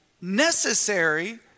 necessary